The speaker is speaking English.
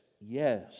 yes